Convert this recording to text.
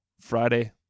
Friday